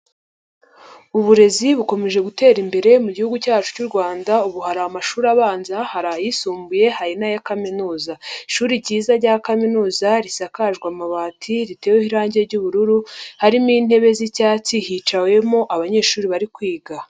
Uburezi bukomeje gutera imbere mu gihugu cyacu cy'u Rwanda, ubu hari amashuri abanza, hari ayisumbuye, hari n'aya kaminuza. Ishuri ryiza rya kaminuza risakajwe amabati, riteweho irangi ry'ubururu, harimo intebe z'icyatsi, hicawemo abanyeshuri bari kwiga.